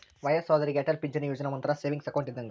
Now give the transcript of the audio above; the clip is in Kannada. ವಯ್ಯಸ್ಸಾದೋರಿಗೆ ಅಟಲ್ ಪಿಂಚಣಿ ಯೋಜನಾ ಒಂಥರಾ ಸೇವಿಂಗ್ಸ್ ಅಕೌಂಟ್ ಇದ್ದಂಗ